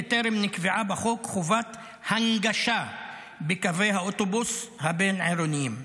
וטרם נקבעה בחוק חובת הנגשה בקווי האוטובוס הבין-עירוניים.